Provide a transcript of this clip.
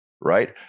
Right